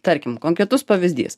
tarkim konkretus pavyzdys